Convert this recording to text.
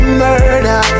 murder